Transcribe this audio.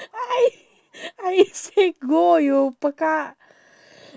I I said go you pekak